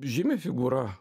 žymi figūra